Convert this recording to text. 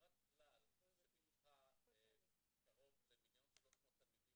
חברת כלל שביטחה קרוב ל-1.3 מיליון תלמידים